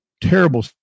terrible